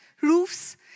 roofs